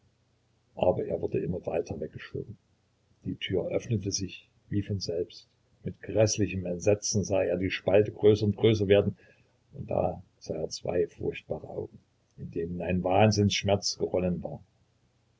aber er wurde immer weiter weggeschoben die tür öffnete sich wie von selbst mit gräßlichem entsetzen sah er die spalte größer und größer werden und da sah er zwei furchtbare augen in denen ein wahnsinnsschmerz geronnen war